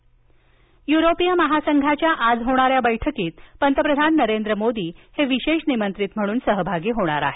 पंतप्रधान युरोप युरोपीय महासंघाच्या आज होणाऱ्या बैठकीत पंतप्रधान नरेंद्र मोदी हे विशेष निमंत्रित म्हणून सहभागी होणार आहेत